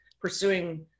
pursuing